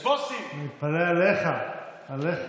"האסיר המשוחרר עבד אל-מאלכ